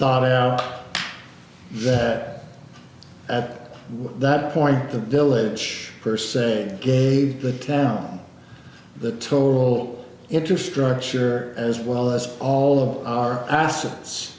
thought out that at that point the village per se gave the town the toll it to structure as well as all of our assets